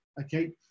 okay